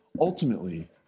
ultimately